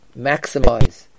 maximize